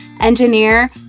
engineer